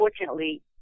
Unfortunately